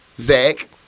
Zach